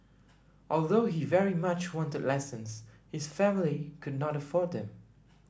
although he very much wanted lessons his family could not afford them